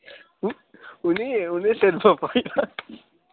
उन उ'नें ई उ'नें ई सिर बफ्फा होई दा